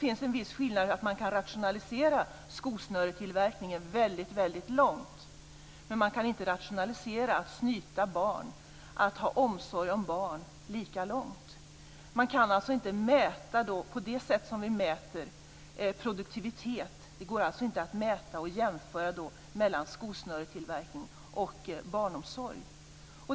Man kan rationalisera skosnörestillverkningen väldigt mycket, men man kan inte genomföra en lika långtgående rationalisering när det gäller snytning av barn, att ha omsorg om barn. Man kan inte mäta produktivitet på samma sätt som vid skosnörestillverkning.